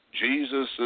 Jesus